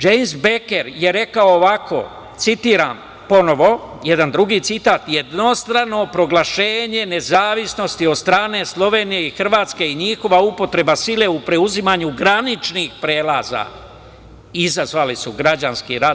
Džejms Bejker je rekao ovako, citiram ponovo jedan drugi citat: „Jednostrano proglašenje nezavisnosti od strane Slovenije i Hrvatske i njihova upotreba sila u preuzimanju graničnih prelaza izazvali su građanski rat“